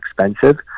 expensive